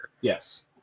Yes